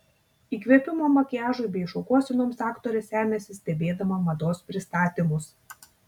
įkvėpimo makiažui bei šukuosenoms aktorė semiasi stebėdama mados pristatymus